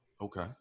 Okay